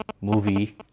movie